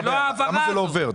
למה זה לא עובר?